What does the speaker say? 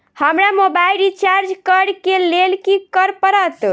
हमरा mobile recharge करऽ केँ लेल की करऽ पड़त?